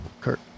Kurt